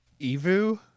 Evu